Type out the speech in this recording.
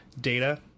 Data